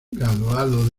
graduado